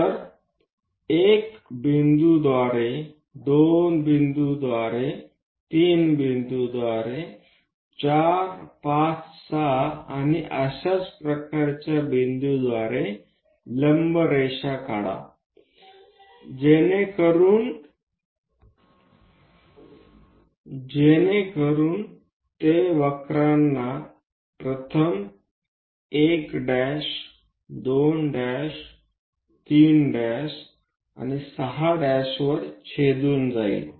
तर या 1 बिंदूद्वारे 2 बिंदू 3 बिंदू 4 5 6 बिंदूद्वारे आणि अशा प्रकारे लंब काढा जेणेकरून ते वक्रांना प्रथम 1 2 3 आणि 6 वर छेदून जाईल